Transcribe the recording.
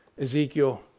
Ezekiel